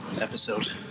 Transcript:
episode